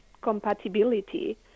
compatibility